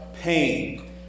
pain